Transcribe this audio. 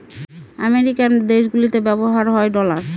American দেশগুলিতে ব্যবহার হয় ডলার